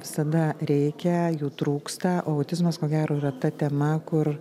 visada reikia jų trūksta autizmas ko gero yra ta tema kur